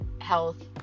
health